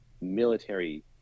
military